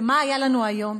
ומה היה לנו היום?